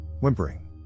Whimpering